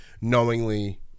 knowingly